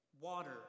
Water